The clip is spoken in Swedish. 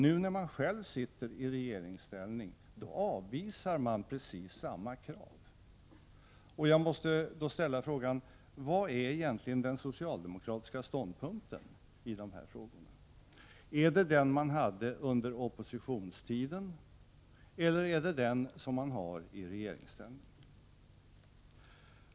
Nu, när man själv sitter i regeringsställning, avvisar man precis samma krav. Jag måste då ställa frågan: Vilken är egentligen den socialdemo kratiska ståndpunkten när det gäller de här sakerna? Är det den man hade under oppositionstiden eller är det den som man har i regeringsställning?